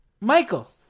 Michael